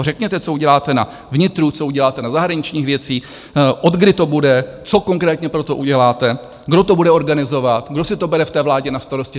Řekněte, co uděláte na vnitru, co uděláte na zahraničních věcích, od kdy to bude, co konkrétně pro to uděláte, kdo to bude organizovat, kdo si to bere v té vládě na starost.